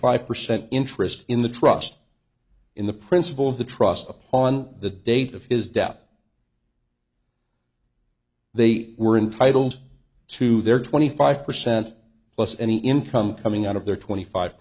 five percent interest in the trust in the principle of the trust upon the date of his death they were entitled to their twenty five percent plus any income coming out of their twenty five